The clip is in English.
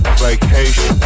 vacation